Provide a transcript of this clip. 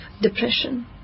depression